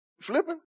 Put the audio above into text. flipping